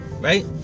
right